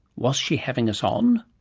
was she having us on?